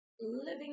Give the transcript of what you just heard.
living